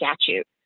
statute